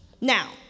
Now